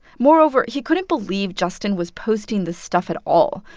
moreover, he couldn't believe justin was posting this stuff at all,